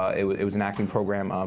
it was it was an acting program um